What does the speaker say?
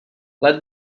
let